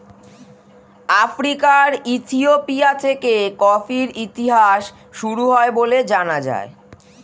আফ্রিকার ইথিওপিয়া থেকে কফির ইতিহাস শুরু হয় বলে জানা যায়